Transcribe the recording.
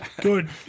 Good